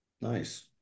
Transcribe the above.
Nice